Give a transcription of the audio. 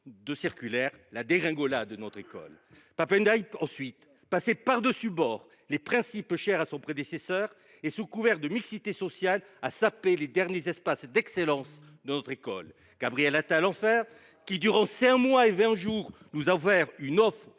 de circulaires, la dégringolade de notre école. Pap Ndiaye passait par dessus bord les principes chers à son prédécesseur. Sous couvert de mixité sociale, il a sapé les derniers espaces d’excellence de notre école. Enfin, Gabriel Attal, pendant cinq mois et vingt jours, nous a offert une ode